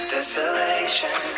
Desolation